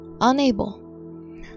unable